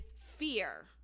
fear